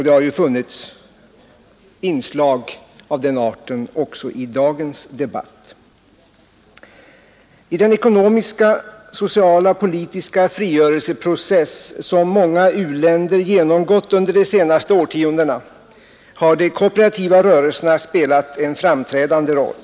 Det har funnits inslag av den arten också i dagens debatt. I den ekonomiska, sociala och politiska frigörelseprocess som många u-länder genomgått under de senaste årtiondena har de kooperativa rörelserna spelat en framträdande roll.